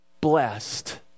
blessed